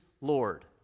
Lord